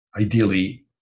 ideally